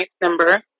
number